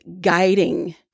guiding